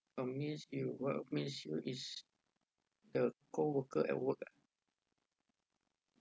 uh miss you what miss you is the co-worker at work ah